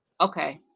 Okay